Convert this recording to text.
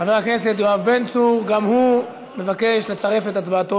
חבר הכנסת טיבי מבקש לומר שהוא טעה בהצבעתו